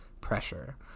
pressure